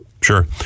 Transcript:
Sure